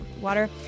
water